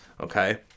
Okay